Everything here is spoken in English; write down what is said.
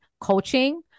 coaching